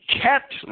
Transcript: kept